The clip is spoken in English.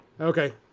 Okay